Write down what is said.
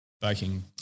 baking